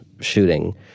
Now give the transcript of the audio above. shooting